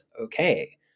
okay